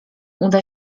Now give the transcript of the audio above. uda